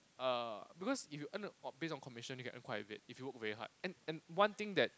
uh because if you earn based on commission you can earn quite a bit if you work very hard and one thing that